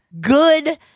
good